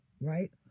right